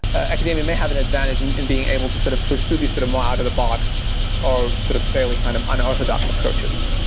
academia may have an advantage and in being able to sort of pursue these sort of more out of the box or sort of fairly kind of unorthodox approaches.